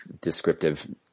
descriptive